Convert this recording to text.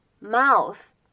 mouth